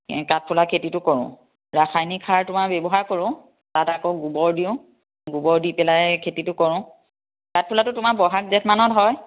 কাঠফুলা খেতিটো কৰোঁ ৰাসায়নিক সাৰ তোমাৰ ব্যৱহাৰ কৰোঁ তাত আকৌ গোবৰ দিওঁ গোবৰ দি পেলাই খেতিটো কৰোঁ কাঠফুলাটো তোমাৰ বহাগ জেঠমানত হয়